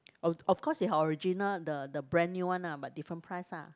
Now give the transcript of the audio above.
of of course is original the the brand new one ah but different price ah